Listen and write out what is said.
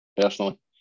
Personally